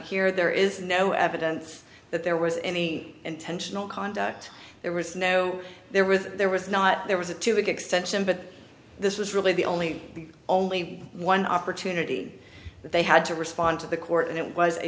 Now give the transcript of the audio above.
here there is no evidence that there was any intentional conduct there was no there was there was not there was a two week extension but this was really the only the only one opportunity that they had to respond to the court and it was a